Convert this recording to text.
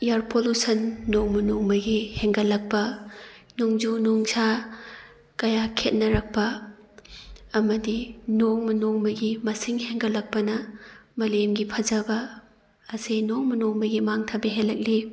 year pollution ꯅꯣꯡꯃ ꯅꯣꯡꯃꯒꯤ ꯍꯦꯟꯒꯠꯂꯛꯄ ꯅꯣꯡꯖꯨ ꯅꯨꯡꯁꯥ ꯀꯌꯥ ꯈꯦꯠꯅꯔꯛꯄ ꯑꯃꯗꯤ ꯅꯣꯡꯃ ꯅꯣꯡꯃꯒꯤ ꯃꯁꯤꯡ ꯍꯦꯟꯒꯠꯂꯛꯄꯅ ꯃꯥꯂꯦꯝꯒꯤ ꯐꯖꯕ ꯑꯁꯤ ꯅꯣꯡꯃ ꯅꯣꯡꯃꯒꯤ ꯃꯥꯡꯊꯕ ꯍꯦꯜꯂꯛꯂꯤ